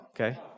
okay